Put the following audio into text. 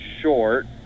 short